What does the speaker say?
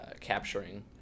capturing